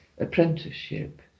Apprenticeship